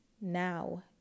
now